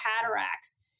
cataracts